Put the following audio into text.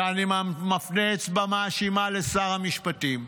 ואני מפנה אצבע מאשימה לשר המשפטים,